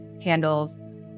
handles